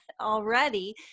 already